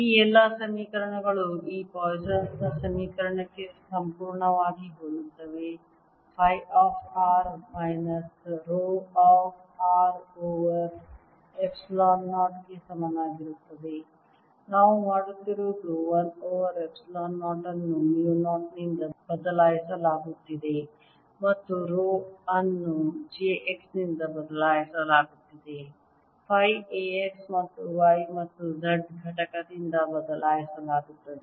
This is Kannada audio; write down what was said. ಈ ಎಲ್ಲಾ ಸಮೀಕರಣಗಳು ಈ ಪಾಯ್ಸನ್ ನ ಸಮೀಕರಣಕ್ಕೆ ಸಂಪೂರ್ಣವಾಗಿ ಹೋಲುತ್ತವೆ phi of r minus rho of r over epsilon 0 ಗೆ ಸಮನಾಗಿರುತ್ತದೆ ನಾವು ಮಾಡುತ್ತಿರುವುದು 1 ಓವರ್ ಎಪ್ಸಿಲಾನ್ 0 ಅನ್ನು ಮ್ಯೂ 0 ನಿಂದ ಬದಲಾಯಿಸಲಾಗುತ್ತಿದೆ ಮತ್ತು ರೋ ಅನ್ನು j x ನಿಂದ ಬದಲಾಯಿಸಲಾಗುತ್ತಿದೆ ಫೈ A x ಮತ್ತು y ಮತ್ತು z ಘಟಕದಿಂದ ಬದಲಾಯಿಸಲಾಗುತ್ತದೆ